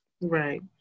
right